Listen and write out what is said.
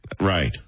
Right